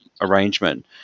arrangement